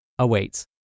awaits